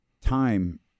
Time